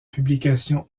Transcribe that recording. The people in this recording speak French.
publication